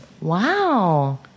Wow